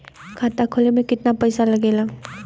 खाता खोले में कितना पईसा लगेला?